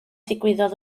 ddigwyddodd